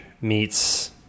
meets